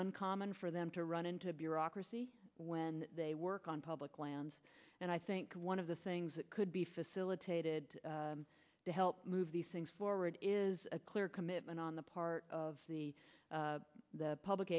uncommon for them to run into bureaucracy when they work on public lands and i think one of the things that could be facilitated to help move these things forward is a clear commitment on the part of the